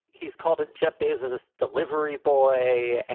he's called it jeff bezos, a delivery boy and